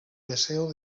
deseo